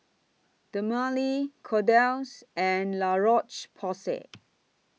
Dermale Kordel's and La Roche Porsay